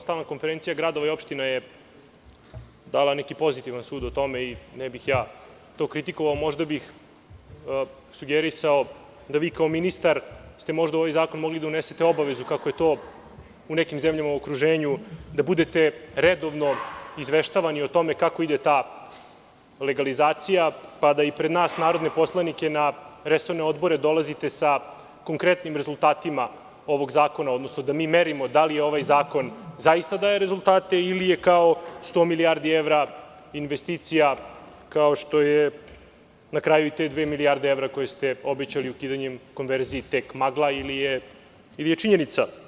Stalna Konferencija gradova i opština je dala neki pozitivan sud o tome i ne bih to kritikovao, možda bih sugerisao da vi kao ministar ste možda mogli u ovaj zakon da unesete obavezu kako je to u nekim zemljama u okruženju, da budete redovno izveštavani o tome kako ide ta legalizacija, pa da i pred nas narodne poslanike na resorne odbore dolazite sa konkretnim rezultatima ovog zakona, odnosno da mi merimo da li ovaj zakon zaista daje rezultate ili je kao sto milijardi evra investicija kao što je na kraju i te dve milijarde evra koje ste obećali ukidanjem konverzije je tek magla ili činjenica.